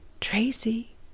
Tracy